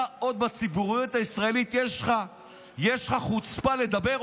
אתה עוד בציבוריות הישראלית, יש לך חוצפה לדבר?